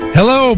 Hello